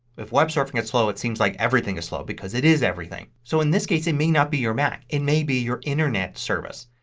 if web surfing is slow it seems like everything is slow because it is everything. so in this case it may not be your mac. it may be your internet service.